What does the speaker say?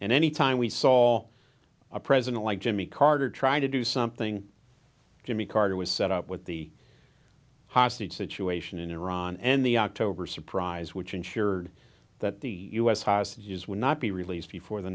and any time we saw all a president like jimmy carter try to do something jimmy carter was set up with the hostage situation in iran and the october surprise which ensured that the u s hostages would not be released before the